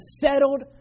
settled